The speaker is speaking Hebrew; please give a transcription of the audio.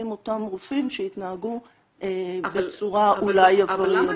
הם אותם רופאים שהתנהגו בצורה אולי עבריינית.